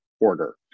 order